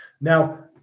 Now